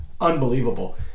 Unbelievable